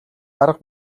арга